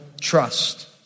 trust